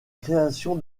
création